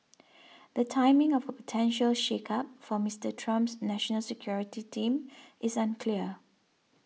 the timing of a potential shakeup for Mister Trump's national security team is unclear